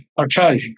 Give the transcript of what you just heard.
okay